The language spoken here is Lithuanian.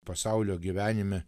pasaulio gyvenime